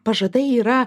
pažadai yra